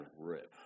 rip